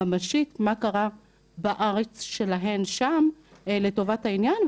מה קרה בארץ שלהן שם לטובת העניין,